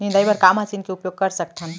निंदाई बर का मशीन के उपयोग कर सकथन?